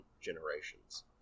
Generations